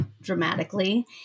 dramatically